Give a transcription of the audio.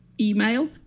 email